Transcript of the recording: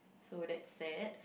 so that's sad